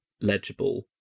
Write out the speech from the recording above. legible